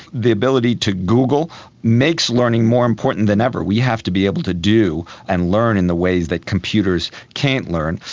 the ability to google makes learning more important than ever. we have to be to do and learn in the ways that computers can't learn.